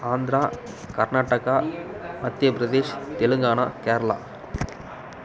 Andhra Karnataka Madhya Pradesh Telangana Kerala